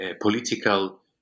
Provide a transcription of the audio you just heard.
political